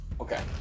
Okay